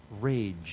rage